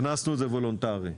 הכנסנו את זה וולונטרית.